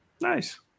Nice